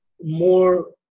more